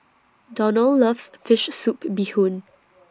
Donal loves Fish Soup Bee Hoon